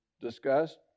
discussed